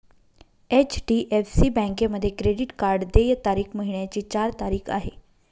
HDFC बँकेमध्ये credit card देय तारीख महिन्याची चार तारीख आहे